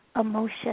emotion